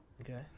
Okay